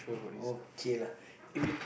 okay lah eh we